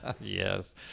Yes